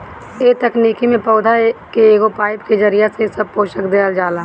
ए तकनीकी में पौधा के एगो पाईप के जरिया से सब पोषक देहल जाला